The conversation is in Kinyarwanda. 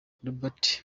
robert